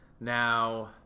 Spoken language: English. now